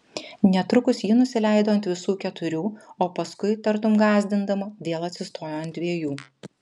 netrukus ji nusileido ant visų keturių o paskui tartum gąsdindama vėl atsistojo ant dviejų